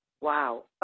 Wow